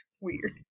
weird